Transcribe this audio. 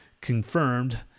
confirmed